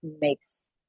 makes